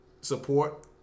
Support